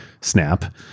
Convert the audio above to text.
Snap